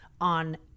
on